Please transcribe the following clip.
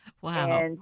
Wow